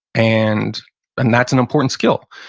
and and that's an important skill.